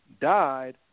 died